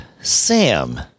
Sam